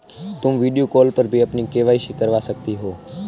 तुम video call पर भी अपनी के.वाई.सी करवा सकती हो